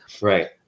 Right